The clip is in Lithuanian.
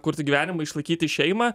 kurti gyvenimą išlaikyti šeimą